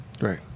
Right